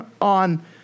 on